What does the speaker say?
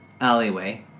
alleyway